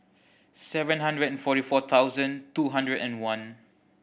seven hundred and forty four thousand two hundred and one